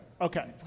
Okay